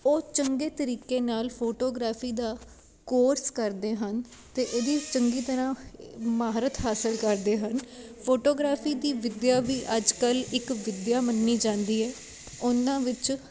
ਉਹ ਚੰਗੇ ਤਰੀਕੇ ਨਾਲ ਫੋਟੋਗ੍ਰਾਫੀ ਦਾ ਕੋਰਸ ਕਰਦੇ ਹਨ ਅਤੇ ਇਹਦੀ ਚੰਗੀ ਤਰ੍ਹਾਂ ਮਹਾਰਤ ਹਾਸਿਲ ਕਰਦੇ ਹਨ ਫੋਟੋਗ੍ਰਾਫੀ ਦੀ ਵਿੱਦਿਆ ਵੀ ਅੱਜ ਕੱਲ੍ਹ ਇੱਕ ਵਿੱਦਿਆ ਮੰਨੀ ਜਾਂਦੀ ਹੈ ਉਹਨਾਂ ਵਿੱਚ